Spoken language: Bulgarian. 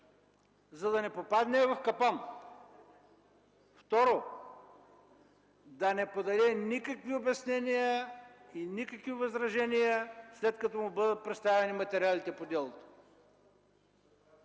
за да не попадне в капан; второ – да не подава никакви обяснения и никакви възражения, след като му бъдат представени материалите по делото.